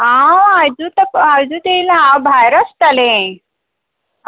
हांव आयजूच येप आयजूच येयला हांव भायर आसताले